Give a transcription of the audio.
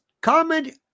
comment